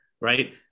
right